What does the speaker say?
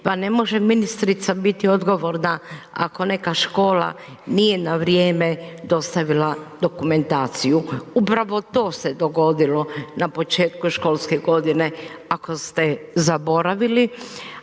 Pa ne može ministrica biti odgovorna ako neka škola nije na vrijeme dostavila dokumentaciju. Upravo to se dogodilo na početku školske godine ako ste zaboravili,